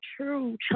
true